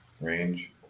range